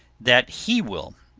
that he will.